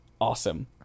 awesome